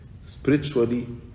spiritually